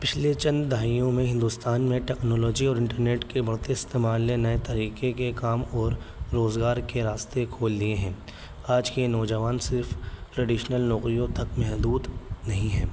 پچھلے چند دھائیوں میں ہندوستان میں ٹیکنالوجی اور انٹرنیٹ کے بڑھتے استعمال نئے طریقے کے کام اور روزگار کے راستے کھول دیے ہیں آج کے نوجوان صرف ٹریڈیشنل نوکریوں تک محدود نہیں ہیں